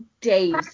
days